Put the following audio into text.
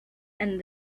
and